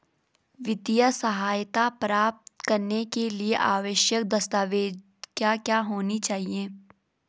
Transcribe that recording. वित्तीय सहायता प्राप्त करने के लिए आवश्यक दस्तावेज क्या क्या होनी चाहिए?